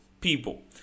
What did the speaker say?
people